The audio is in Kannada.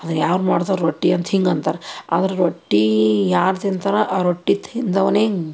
ಅದನ್ನು ಯಾರು ಮಾಡ್ತಾರೆ ರೊಟ್ಟಿ ಅಂತ ಹಿಂಗೆ ಅಂತಾರೆ ಆದ್ರೆ ರೊಟ್ಟಿ ಯಾರು ತಿಂತಾರೆ ಆ ರೊಟ್ಟಿ ತಿಂದವನೇ